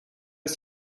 ist